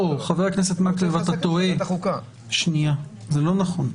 חבר הכנסת מקלב, אתה טועה, זה לא נכון.